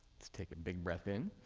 let's take a big breath in,